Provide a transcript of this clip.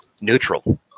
neutral